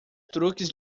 truques